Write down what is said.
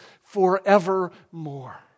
forevermore